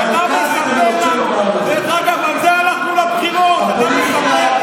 עשרות מיליוני שקלים על הבית שלך ועל הבית של בנט,